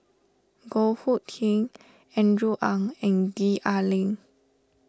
Goh Hood Keng Andrew Ang and Gwee Ah Leng